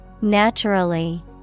Naturally